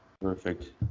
Perfect